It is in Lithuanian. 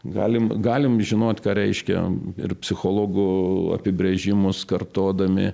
galim galim žinot ką reiškia ir psichologu apibrėžimus kartodami